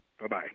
Bye-bye